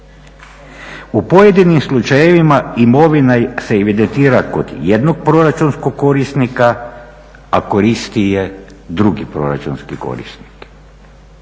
U pojedinim slučajevima imovina se evidentira kod jednog proračunskog korisnika a koristi je drugi proračunski korisnik.